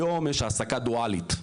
היום יש העסקה דואלית.